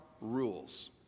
Rules